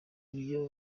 ibyo